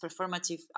performative